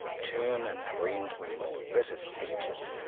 turn and rend me with bitter speeches.